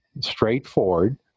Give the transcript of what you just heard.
straightforward